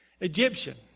Egyptian